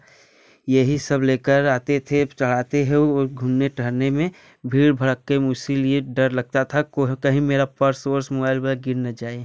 यही सब लेकर आते थे चढ़ाते है और घूमने टहलने में भीड़ भड़क्के में उसीलिए डर लगता था कोह कहीं मेरा पर्स वर्स मोबाइल उबाइल गिर न जाए